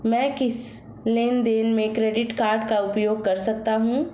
मैं किस लेनदेन में क्रेडिट कार्ड का उपयोग कर सकता हूं?